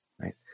right